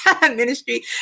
ministry